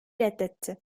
reddetti